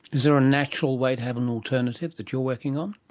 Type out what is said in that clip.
is there a natural way to have an alternative that you're working on?